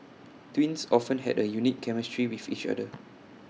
twins often have A unique chemistry with each other